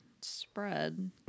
spread